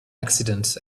accident